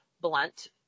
blunt